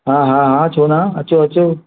हा हा हा छो न अचो अचो